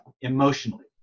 emotionally